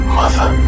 mother